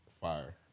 fire